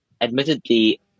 admittedly